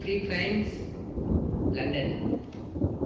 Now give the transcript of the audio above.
Philippines London